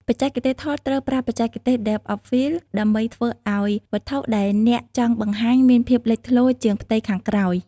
បច្ចេកទេសថតត្រូវប្រើបច្ចេកទេស Depth of Field ដើម្បីធ្វើឲ្យវត្ថុដែលអ្នកចង់បង្ហាញមានភាពលេចធ្លោជាងផ្ទៃខាងក្រោយ។